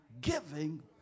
giving